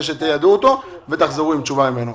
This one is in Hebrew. שתיידעו אותו ותחזרו עם תשובה ממנו.